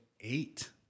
eight